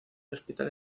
hospital